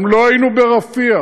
גם לא היינו ברפיח,